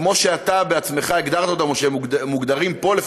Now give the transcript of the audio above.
כמו שאתה בעצמך הגדרת אותן או שהן מוגדרות פה,